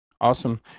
Awesome